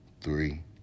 three